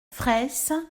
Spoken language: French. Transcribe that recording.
fraysse